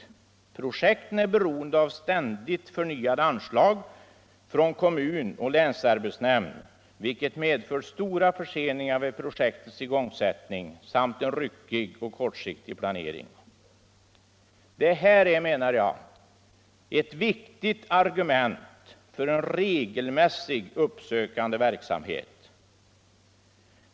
Projekten är beroende av ständigt förnyade anslag från kommun och länsarbetsnämnd, vilket medfört stora förseningar vid projektens igångsättning samt en ryckig och kortsiktig planering.” Det här är, menar jag, ett viktigt argument för en regelmässig uppsökande verksamhet.